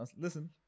Listen